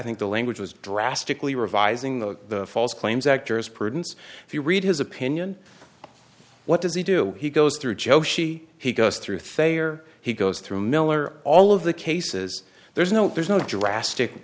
think the language was drastically revising the false claims act jurisprudence if you read his opinion what does he do he goes through joshi he goes through thayer he goes through miller all of the cases there's no there's no drastic